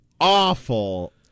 Awful